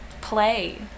play